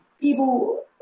people